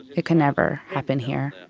it could never happen here.